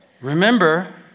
remember